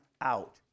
out